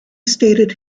stated